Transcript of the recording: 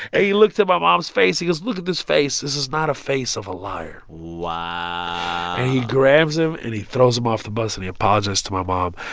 he looked at my mom's face. he goes, look at this face. this is not a face of a liar wow and he grabs him, and he throws him off the bus, and he apologized to my mom.